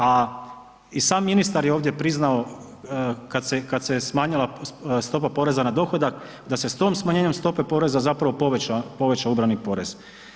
A i sam ministar je ovdje priznao kada se smanjila stopa poreza na dohodak da se s tim smanjenjem stope poreza povećao ubrani porez.